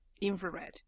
infrared